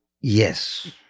yes